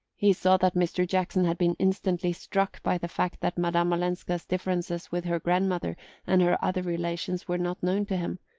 he saw that mr. jackson had been instantly struck by the fact that madame olenska's differences with her grandmother and her other relations were not known to him,